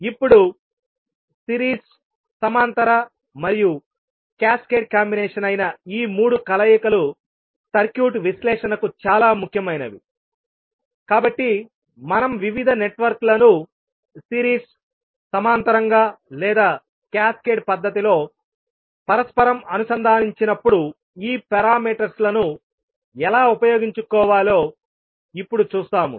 ఇప్పుడు సిరీస్ సమాంతర మరియు క్యాస్కేడ్ కాంబినేషన్ అయిన ఈ 3 కలయికలు సర్క్యూట్ విశ్లేషణకు చాలా ముఖ్యమైనవి కాబట్టి మనం వివిధ నెట్వర్క్లను సిరీస్ సమాంతరంగా లేదా క్యాస్కేడ్ పద్ధతిలో పరస్పరం అనుసంధానించినప్పుడు ఈ పారామీటర్స్ లను ఎలా ఉపయోగించుకోవాలో ఇప్పుడు చూస్తాము